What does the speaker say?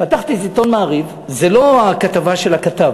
פתחתי את עיתון "מעריב" זה לא הכתבה של הכתב,